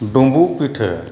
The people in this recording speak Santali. ᱰᱩᱢᱵᱩᱜ ᱯᱤᱴᱷᱟᱹ